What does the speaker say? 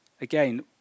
Again